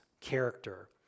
character